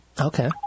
okay